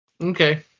Okay